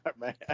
man